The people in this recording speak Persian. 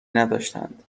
نداشتند